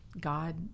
God